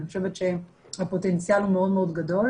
אני חושבת שהפוטנציאל הוא מאוד מאוד גדול,